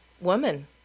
woman